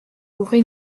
ouvrit